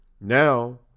Now